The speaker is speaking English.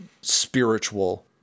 spiritual